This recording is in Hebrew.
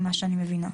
ממה שאני מבינה.